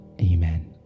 Amen